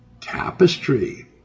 tapestry